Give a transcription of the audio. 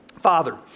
Father